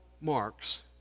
marks